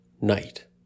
night